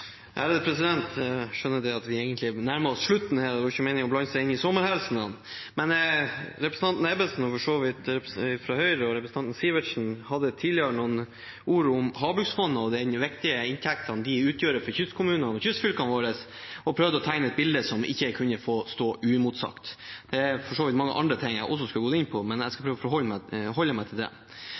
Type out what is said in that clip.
Jeg skjønner at vi egentlig nærmer oss slutten her, og det var ikke meningen å blande seg inn i sommerhilsenene. Men representanten Ebbesen fra Høyre, og for så vidt representanten Sivertsen, hadde tidligere noen ord om havbruksfondet og de viktige inntektene det utgjør for kystkommunene og kystfylkene våre, og prøvde å tegne et bilde som ikke kunne få stå uimotsagt. Det er for så vidt veldig mange andre ting jeg også skulle gått inn på, men jeg skal prøve å holde meg til dette. Senterpartiet mener altså at inntekt fra havbruksnæringen skal komme kystsamfunnene til gode. Det